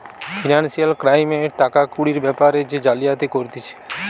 financial ক্রাইমে টাকা কুড়ির বেপারে যে জালিয়াতি করতিছে